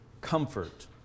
comfort